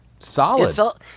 Solid